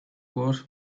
was